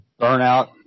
burnout